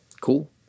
Cool